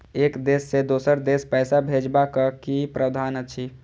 एक देश से दोसर देश पैसा भैजबाक कि प्रावधान अछि??